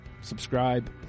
subscribe